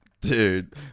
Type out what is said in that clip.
Dude